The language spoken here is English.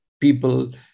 people